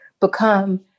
become